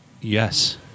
Yes